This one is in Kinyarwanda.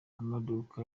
amaduka